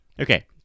Okay